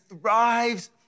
thrives